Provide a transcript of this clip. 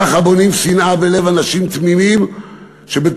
ככה בונים שנאה בלב אנשים תמימים שבטוחים